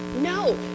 no